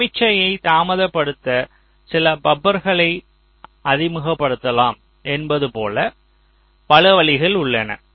சமிக்ஞையை தாமதப்படுத்த சில பபர்களை அறிமுகப்படுத்தலாம் என்பது போல பல வழிகள் உள்ளன